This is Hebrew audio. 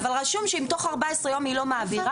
אבל רשום שאם תוך 14 יום היא לא מעבירה,